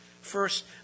First